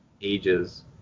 ages